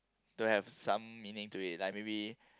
don't have some meaning to it like maybe